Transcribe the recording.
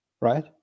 Right